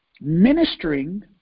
ministering